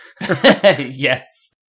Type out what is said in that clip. Yes